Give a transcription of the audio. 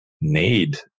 need